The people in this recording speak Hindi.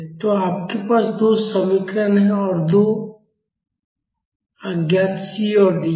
तो आपके पास दो समीकरण और 2 अज्ञात C और D हैं